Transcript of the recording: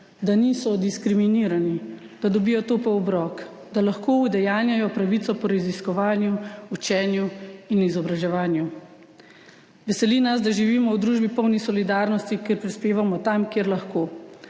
da niso diskriminirani, da dobijo topel obrok, da lahko udejanjajo pravico po raziskovanju, učenju in izobraževanju. Veseli nas, da živimo v družbi, polni solidarnosti, kjer prispevamo tam, kjer lahko